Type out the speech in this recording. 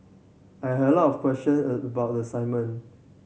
I had a lot of question about the assignment